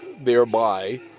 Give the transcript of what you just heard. thereby